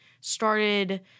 started